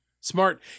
Smart